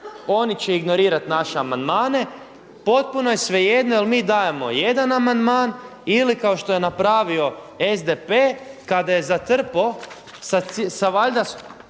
oni će ignorirati naše amandmane potpuno je svejedno jel' mi dajemo jedan amandman ili kao što je napravio SDP kada je zatrpao sa valja